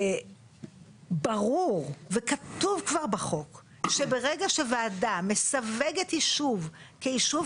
ברור וכתוב כבר בחוק שברגע שוועדה מסווגת יישוב כיישוב